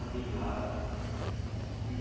அப்படிங்களா ம்